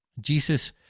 jesus